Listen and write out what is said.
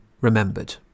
remembered